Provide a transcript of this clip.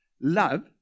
love